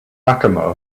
fatima